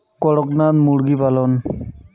করকনাথ মুরগি পালন?